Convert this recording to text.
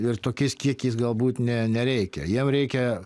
ir tokiais kiekiais galbūt ne nereikia jiem reikia